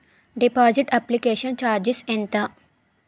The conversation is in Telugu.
డిపాజిట్ అప్లికేషన్ చార్జిస్ ఎంత?